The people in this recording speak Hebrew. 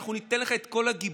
אנחנו ניתן לך את כל הגיבוי,